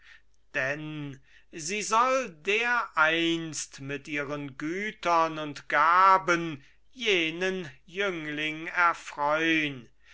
denn sie soll dereinst mit ihren gütern und gaben jenen jüngling erfreun